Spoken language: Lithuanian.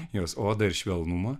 jos odą ir švelnumą